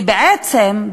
כי בעצם,